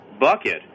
bucket